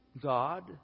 God